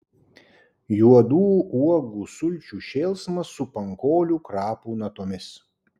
juodų uogų sulčių šėlsmas su pankolių krapų natomis